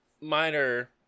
minor